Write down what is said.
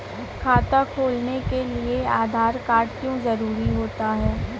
खाता खोलने के लिए आधार कार्ड क्यो जरूरी होता है?